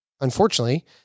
unfortunately